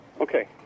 Okay